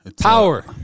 Power